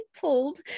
pulled